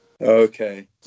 Okay